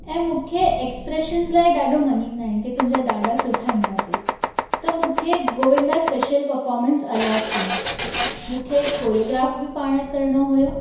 ऐं मूंखे एक्सप्रेशन्स लाइ ॾाढो मञींदा आहिनि कि तुंहिंजा ॾाढा सुठा ईंदा अथई त मूंखे गोविंदा स्पेशल पफोमेंस अलॉट कयूं मूंखे कोरियोग्राफ बि पाण करिणो हुओ